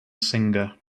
singer